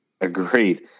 Agreed